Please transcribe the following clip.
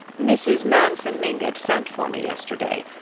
mrs. manson mingott sent for me yesterday.